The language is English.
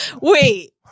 Wait